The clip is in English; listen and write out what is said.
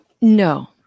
no